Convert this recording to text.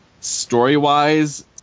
story-wise